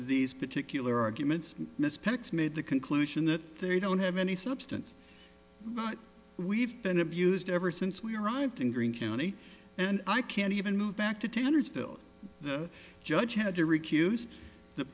these particular arguments miss picks made the conclusion that they don't have any substance but we've been abused ever since we arrived in greene county and i can't even move back to two hundred fill the judge had to recuse the